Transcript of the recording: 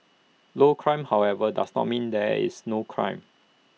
low crime however does not mean that there is no crime